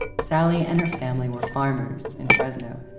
sally and her family were farmers in fresno.